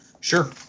sure